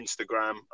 Instagram